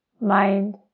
mind